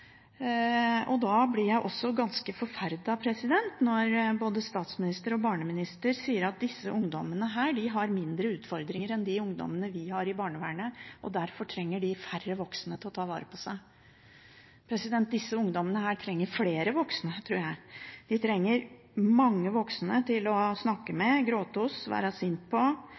Da blir jeg også ganske forferdet når både statsministeren og barneministeren sier at disse ungdommene har mindre utfordringer enn de ungdommene vi har i barnevernet, og at de derfor trenger færre voksne til å ta vare på seg. Disse ungdommene tror jeg trenger flere voksne. De trenger mange voksne å snakke